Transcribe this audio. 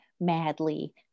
madly